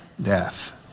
death